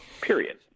period